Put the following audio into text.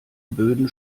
böden